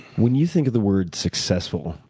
when you think of the word successful,